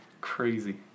Crazy